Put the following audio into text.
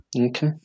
okay